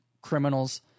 criminals